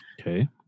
Okay